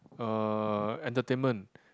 uh entertainment